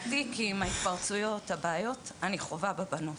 הטיקים, ההתפרצויות, הבעיות אני חווה עם הבנות.